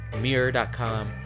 Mirror.com